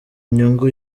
nyungu